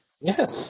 Yes